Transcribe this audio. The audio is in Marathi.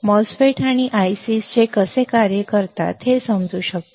MOSFETs आणि ICs कसे कार्य करतात हे समजू शकतो